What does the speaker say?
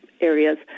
areas